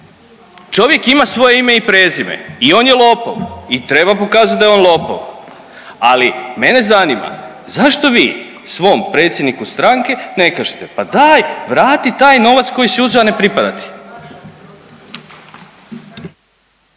čovjek ima svoje ime i prezime i on je lopov i treba pokazati da je on lopov, ali mene zanima zašto vi svom predsjedniku stranke ne kažete pa daj vrati taj novac koji si uzeo, a ne pripada ti.